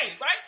right